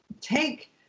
take